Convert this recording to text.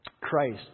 Christ